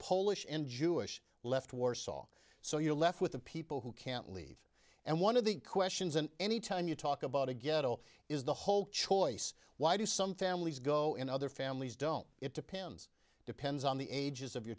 polish and jewish left warsaw so you're left with the people who can't leave and one of the questions and any time you talk about a ghetto is the whole choice why do some families go in other families don't it depends depends on the ages of your